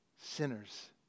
sinners